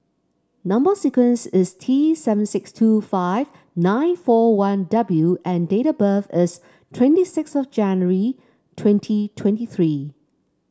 number sequence is T seven six two five nine four one W and date of birth is twenty six of January twenty twenty three